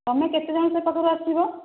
ତୁମେ କେତେ ଜଣ ସେ ପାଖରୁ ଆସିବ